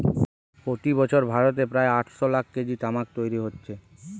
প্রতি বছর ভারতে প্রায় আটশ লাখ কেজি তামাক তৈরি হচ্ছে